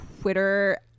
Twitter